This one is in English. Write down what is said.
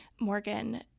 Morgan